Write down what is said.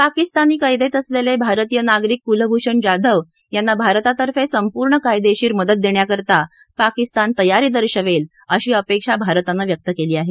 पाकिस्तानी कैदेत असलेले भारतीय नागरिक कुलभूषण जाधव यांना भारतातर्फे संपूर्ण कायदेशीर मदत देण्याकरिता पाकिस्तान तयारी दशंवेल अशी अपेक्षा भारतानं व्यक्त केली आहे